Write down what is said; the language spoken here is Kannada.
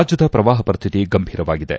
ರಾಜ್ಲದ ಪ್ರವಾಪ ಪರಿಸ್ಥಿತಿ ಗಂಭೀರವಾಗಿದೆ